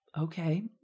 okay